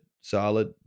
solid